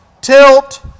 tilt